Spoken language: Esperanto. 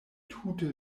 tute